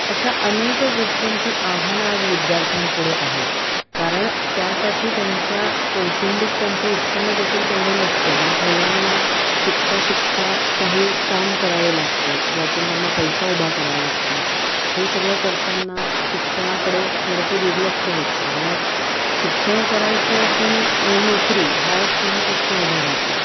अशा अनेक गोष्टींची आव्हानं आज विद्यार्थ्यांपुढे आहेत कारण त्यासाठी त्यांच्या कौटुंबिक त्यांचे उत्पन्न देखील तेवढे नसते मग मुलांना शिकता शिकता काही काम करावे लागते ज्यातून त्यांना पैसा उभा करावा लागतो हे सगळं करताना शिक्षणाकडे थोडंसं दुर्लक्ष होतं मग शिक्षण करायचं की नोकरी हा एक पुन्हा प्रश्न उभा राहतो